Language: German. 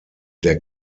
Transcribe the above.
der